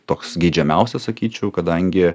toks geidžiamiausias sakyčiau kadangi